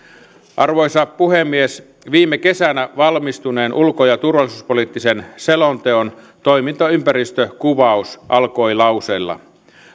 arvoisa puhemies viime kesänä valmistuneen ulko ja turvallisuuspoliittisen selonteon toimintaympäristön kuvaus alkoi lauseella